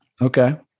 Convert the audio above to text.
Okay